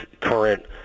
current